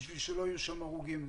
בשביל שלא יהיו שם הרוגים.